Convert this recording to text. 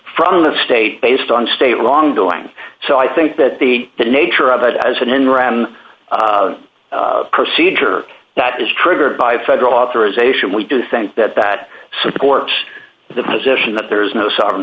from the state based on state along the line so i think that the the nature of it as an enron procedure that is triggered by federal authorization we do think that that supports the position that there is no sovereign